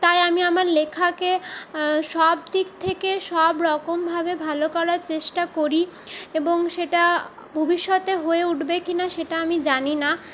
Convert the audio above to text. তাই আমি আমার লেখাকে সবদিক থেকে সবরকমভাবে ভালো করার চেষ্টা করি এবং সেটা ভবিষ্যতে হয়ে উঠবে কিনা সেটা আমি জানিনা